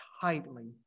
tightly